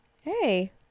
hey